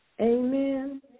Amen